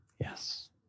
Yes